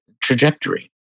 trajectory